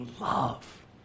love